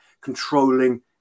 controlling